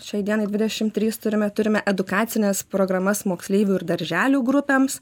šiai dienai dvidešim trys turime turime edukacines programas moksleivių ir darželių grupėms